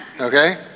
Okay